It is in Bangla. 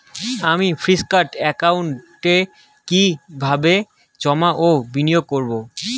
আমি ফিক্সড একাউন্টে কি কিভাবে জমা ও বিনিয়োগ করব?